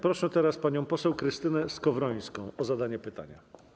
Proszę teraz panią poseł Krystynę Skowrońską o zadanie pytania.